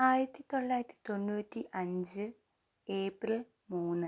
ആയിരത്തി തൊള്ളായിരത്തി തൊണ്ണൂറ്റി അഞ്ച് ഏപ്രിൽ മൂന്ന്